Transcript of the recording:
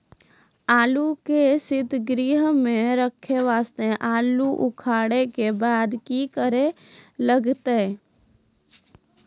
आलू के सीतगृह मे रखे वास्ते आलू उखारे के बाद की करे लगतै?